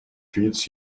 fits